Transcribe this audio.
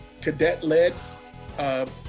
cadet-led